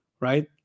right